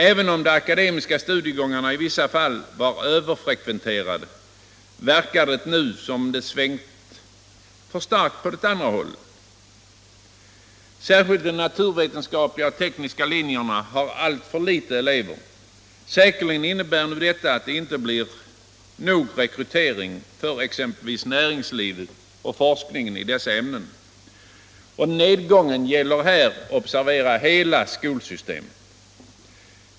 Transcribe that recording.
Även om de akademiska studiegångarna i vissa fall var överfrekventerade verkar det nu som om utvecklingen svängt för starkt mot yrkesinriktade studiegångar. Särskilt de naturvetenskapliga och tekniska linjerna har alltför få elever. Detta kommer säkerligen att innebära en otillräcklig rekrytering till näringslivet och till forskningen på de naturvetenskapliga och tekniska områdena. Observera att nedgången här drabbar hela skolsystemet!